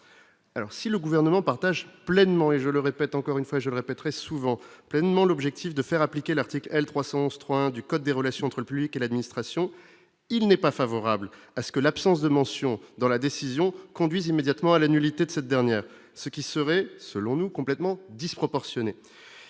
si le gouvernement partage pleinement, et je le répète encore une fois, je le répète très souvent pleinement l'objectif de faire appliquer l'article L 311 3 1 du code des relations entre le public et l'administration, il n'est pas favorable à ce que l'absence de mention dans la décision conduise immédiatement à la nullité de cette dernière, ce qui serait, selon nous, complètement disproportionnée